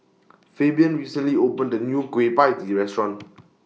Fabian recently opened A New Kueh PIE Tee Restaurant